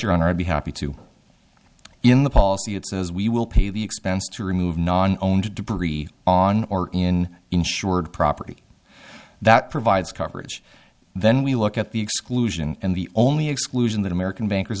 your honor i'd be happy to be in the policy that says we will pay the expense to remove non owned debris on or in insured property that provides coverage then we look at the exclusion and the only exclusion that american bankers